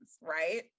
right